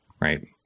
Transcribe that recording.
right